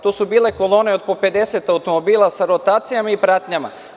To su bile kolone po 50 automobila sa rotacijama i pratnjama.